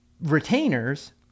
retainers